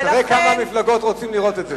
תראה כמה מפלגות רוצות לראות את זה.